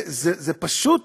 זה פשוט